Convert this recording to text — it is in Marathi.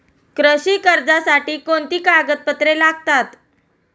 कृषी कर्जासाठी कोणती कागदपत्रे लागतात?